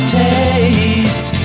taste